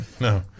no